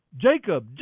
Jacob